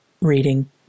reading